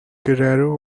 guerrero